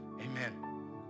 Amen